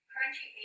Crunchy